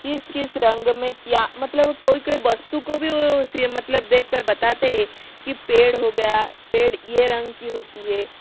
किस किस रंग में क्या मतलब कोई कोई वस्तु को भी वह सी मतलब देख कर बताते हैं की पेड़ हो गया पेड़ यह रंग की होती है